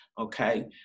okay